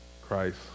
Christ